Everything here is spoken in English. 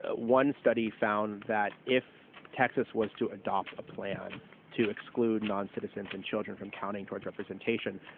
ah one study found that if texas was to adopt a plan to exclude non-citizens and children from counting towards representation,